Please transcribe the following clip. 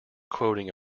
quoting